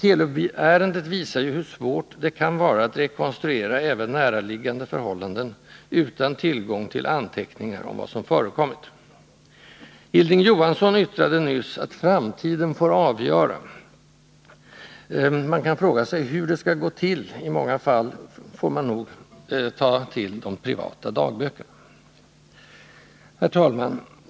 Telub-ärendet visar ju hur svårt det kan vara att rekonstruera även näraliggande förhållanden utan tillgång till anteckningar om vad som förekommit. Hilding Johansson yttrade nyss att ”framtiden får avgöra”. Man kan fråga sig hur det skall gå till. I många fall får man nog ta till de privata dagböckerna. Herr talman!